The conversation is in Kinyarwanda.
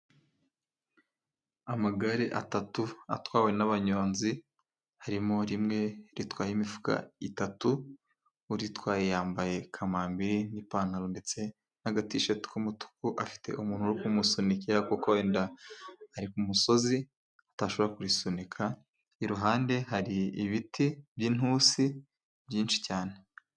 Amagare atatu atwawe n'abanyonzi harimo rimwe ritwaye imifuka itatu, uritwaye yambaye kamambiri n'ipantaro ndetse n'agatisheti k'umutuku, afite umuntu uri kumusunikira kuko wenda ari ku musozi atashobora kurisunika, iruhande hari ibiti by'intusi byinshi cyane.